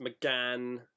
McGann